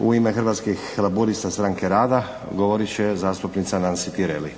U ime Hrvatskih laburista-Stranke rada govorit će zastupnica Nansi Tireli.